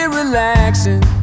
relaxing